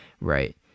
Right